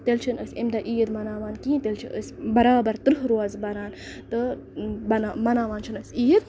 تیٚلہِ چھِنہٕ أسۍ امہِ دۄہ عیٖد مَناوان کِہیٖنۍ تیٚلہِ چھِ أسۍ برابر تٕرٛہ روزٕ بران تہٕ مَناوان چھِنہٕ أسۍ عیٖد